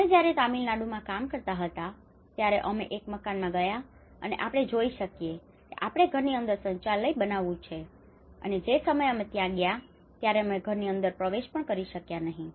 અમે જ્યારે તમિલનાડુમાં કામ કરતા હતા ત્યારે અમે એક મકાનમાં ગયા અને આપણે જોઈ શકીએ છીએ કે આપણે ઘરની અંદર શૌચાલય બનાવ્યું છે અને જે સમયે અમે ત્યાં ગયા ત્યારે અમે ઘરની અંદર પ્રવેશ પણ કરી શક્યા નહીં